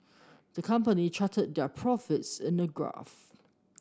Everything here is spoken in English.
the company charted their profits in a graph